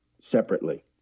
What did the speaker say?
separately